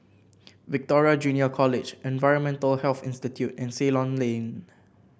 Victoria Junior College Environmental Health Institute and Ceylon Lane